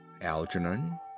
Algernon